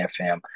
FM